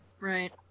Right